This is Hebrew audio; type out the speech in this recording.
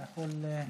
אתה יכול לשבת.